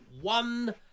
one